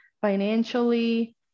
financially